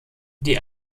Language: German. die